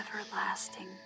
everlasting